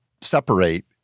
separate